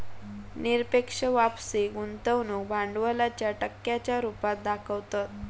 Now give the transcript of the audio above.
निरपेक्ष वापसी गुंतवणूक भांडवलाच्या टक्क्यांच्या रुपात दाखवतत